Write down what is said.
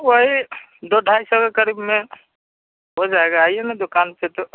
वही दो ढाई सौ के करीब में हो जाएगा आइए ना दुकान पर तो